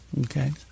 Okay